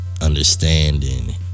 understanding